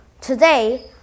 Today